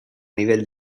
nivell